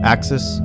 Axis